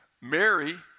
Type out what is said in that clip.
Mary